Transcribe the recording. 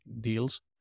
deals